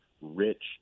rich